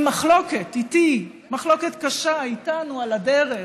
עם מחלוקת איתי, מחלוקת קשה איתנו על הדרך,